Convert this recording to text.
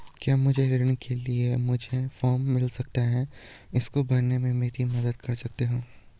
क्या मुझे ऋण के लिए मुझे फार्म मिल सकता है इसको भरने में मेरी मदद कर सकते हो?